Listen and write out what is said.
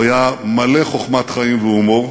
הוא היה מלא חוכמת חיים והומור.